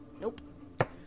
Nope